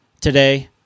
today